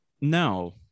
No